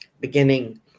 beginning